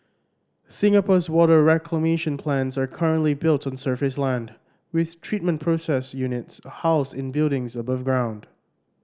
Singapore's water reclamation plants are currently built on surface land with treatment process units housed in buildings above ground